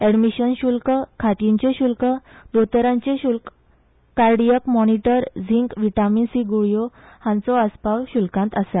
एडमिशन शुल्क खाटींचे शुल्क दोतोरांचे शुल्क cardiac monitor zinc vitamin C गुळ्यो हांचो आसपाव शुल्कांत आसा